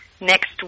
next